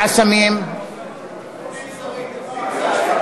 החמרת הענישה על מסייעים לשוהים בלתי חוקיים),